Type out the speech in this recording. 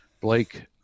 Blake